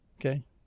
Okay